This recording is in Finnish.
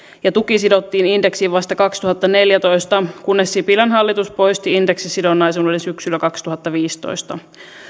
ja tuki sidottiin indeksiin vasta kaksituhattaneljätoista kunnes sipilän hallitus poisti indeksisidonnaisuuden syksyllä kaksituhattaviisitoista